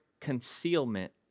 concealment